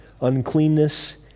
uncleanness